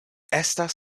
estas